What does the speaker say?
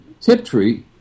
Tiptree